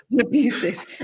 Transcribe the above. Abusive